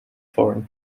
foreign